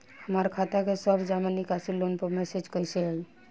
हमार खाता के सब जमा निकासी फोन पर मैसेज कैसे आई?